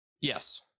Yes